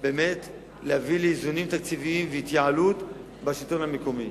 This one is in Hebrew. להביא לאיזונים תקציביים ולהתייעלות בשלטון המקומי.